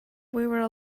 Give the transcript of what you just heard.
were